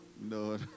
No